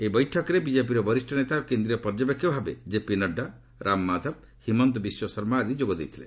ଏହି ବୈଠକରେ ବିଜେପିର ବରିଷ୍ଣ ନେତା ଓ କେନ୍ଦ୍ରୀୟ ପର୍ଯ୍ୟବେକ୍ଷକ ଭାବେ ଜେପି ନଡ୍ଥା ରାମ ମାଧବ ହିମନ୍ତ ବିଶ୍ୱ ଶର୍ମା ଆଦି ଯୋଗ ଦେଇଥିଲେ